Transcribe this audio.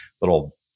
little